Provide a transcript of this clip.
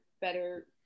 better